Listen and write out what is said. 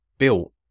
built